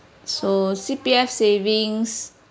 so C_P_F savings